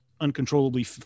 uncontrollably